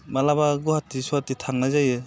माब्लाबा गुवाहाटि स्वाति थांनाय जायो